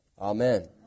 Amen